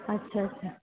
अच्छा अच्छा